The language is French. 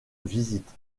visite